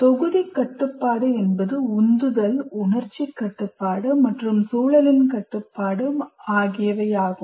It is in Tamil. தொகுதி கட்டுப்பாடு என்பது உந்துதல் உணர்ச்சி கட்டுப்பாடு மற்றும் சூழலின் கட்டுப்பாடு ஆகியவையாகும்